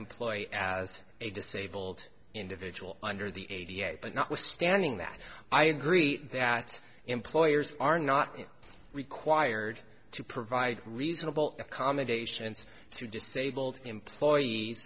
employee as a disabled individual under the a d f but notwithstanding that i agree that employers are not required to provide reasonable accommodations to disabled employees